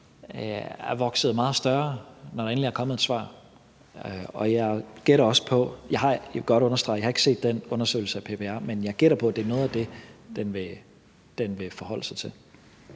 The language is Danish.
har vokset sig meget større, når der endelig er kommet et svar. Jeg vil godt understrege, at jeg ikke har set undersøgelsen af PPR, men jeg gætter også på, at det er noget af det, den vil forholde sig til.